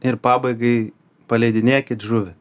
ir pabaigai paleidinėkit žuvį